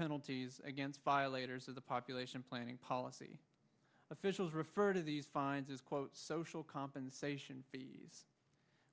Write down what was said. penalties against violators of the population planning policy officials refer to these fines is quote social compensation